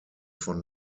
von